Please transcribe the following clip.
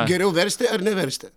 geriau versti ar neversti